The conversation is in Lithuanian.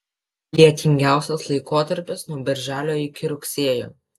lietingiausias laikotarpis nuo birželio iki rugsėjo